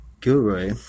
Gilroy